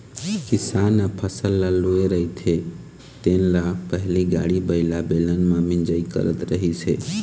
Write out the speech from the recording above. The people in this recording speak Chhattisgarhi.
किसान ह फसल ल लूए रहिथे तेन ल पहिली गाड़ी बइला, बेलन म मिंजई करत रिहिस हे